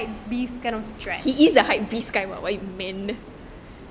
like hype beast kind of dress